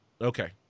Okay